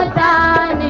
but da